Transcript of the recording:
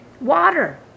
water